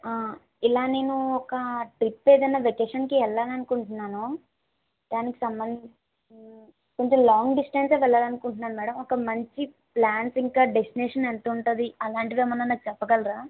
ఇలా నేను ఒక ట్రిప్ ఏదైనా వెకేషన్కి వెళ్ళాలనుకుంటున్నాను దానికి సంబంధించిన అంటే లాంగ్ డిస్టెన్సే వెళ్ళాలనుకుంటున్నాను మేడం ఒక మంచి ప్లాన్ ఇంకా డెస్టినేషన్ ఎంతుంటుంది అలాంటివి ఏమన్నా నాకు చెప్పగలరా